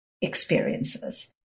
experiences